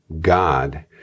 God